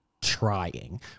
trying